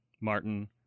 Martin